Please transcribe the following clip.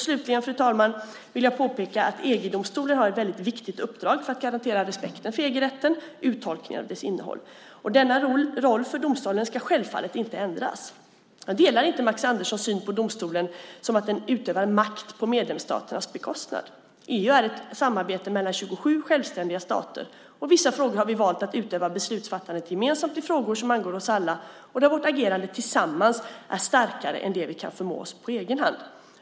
Slutligen, fru talman, vill jag påpeka att EG-domstolen har ett mycket viktigt uppdrag för att garantera respekten för EG-rätten och uttolkningen av dess innehåll. Denna roll för domstolen ska självfallet inte ändras. Jag delar inte Max Anderssons syn på domstolen som att den utövar makt på medlemsstaternas bekostnad. EU är ett samarbete mellan 27 självständiga stater. I vissa frågor har vi valt att utöva beslutsfattandet gemensamt i frågor som angår oss alla och där vårt agerande tillsammans är starkare än det vi kan förmå på egen hand.